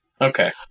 Okay